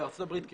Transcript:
בארצות הברית כן.